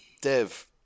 Dev